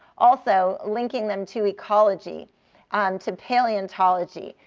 also linking them to ecology and to paleontology,